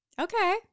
Okay